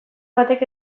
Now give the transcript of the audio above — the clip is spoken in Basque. batek